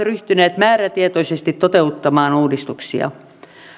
ryhtyneet määrätietoisesti toteuttamaan uudistuksia